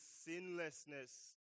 sinlessness